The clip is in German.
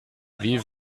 wie